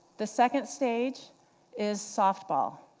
the second stage is soft ball.